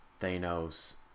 Thanos